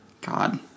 god